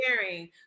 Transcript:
sharing